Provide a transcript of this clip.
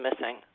missing